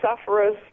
sufferer's